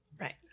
Right